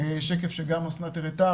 אסנת הראתה,